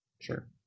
Sure